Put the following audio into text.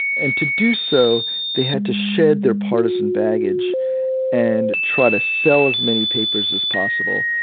and to do so they had to shed their partisan baggage and try to sell as many papers as possible,